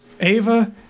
Ava